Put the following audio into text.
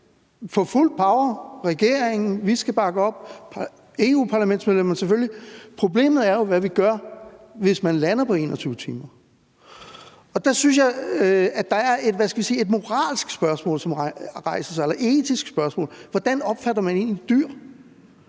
for fuld power. Regeringen og vi skal bakke op, og europaparlamentsmedlemmerne, selvfølgelig. Problemet er jo, hvad vi gør, hvis man lander på 21 timer, og der synes jeg, at der er et, hvad skal man sige, moralsk spørgsmål eller et etisk spørgsmål, som rejser sig: Hvordan opfatter man egentlig dyr?